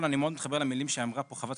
אני מאוד מתחבר למילים שאמרה פה חברת